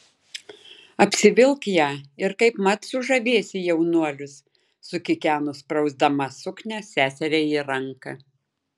apsivilk ją ir kaipmat sužavėsi jaunuolius sukikeno sprausdama suknią seseriai į ranką